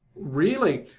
really,